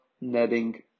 netting